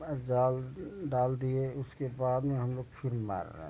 जाल डाल दिए उसके बाद में हम लोग फिर मार रहें